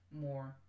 more